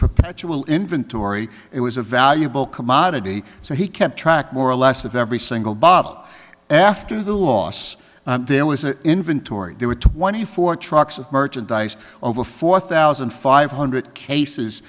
perpetual inventory it was a valuable commodity so he kept track more or less of every single bottle after the loss there was an inventory there were twenty four trucks of merchandise over four thousand five